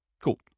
Cool